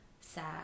sad